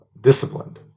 disciplined